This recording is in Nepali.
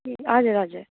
हजुर हजुर